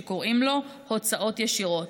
שקוראים לו: הוצאות ישירות.